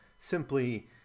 simply